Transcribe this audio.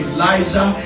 Elijah